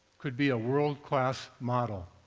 could be a world-class model.